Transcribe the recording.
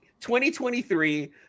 2023